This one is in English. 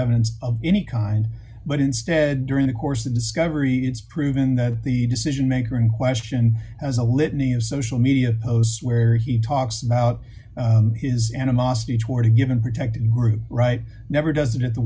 evidence of any kind but instead during the course of discovery it's proven that the decision maker in question has a litany of social media posts where he talks about his animosity toward a given protected group right never does it at the